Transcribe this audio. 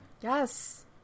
Yes